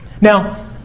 Now